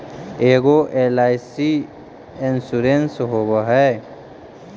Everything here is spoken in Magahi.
ऐगो एल.आई.सी इंश्योरेंस होव है?